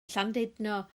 llandudno